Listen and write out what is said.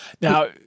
Now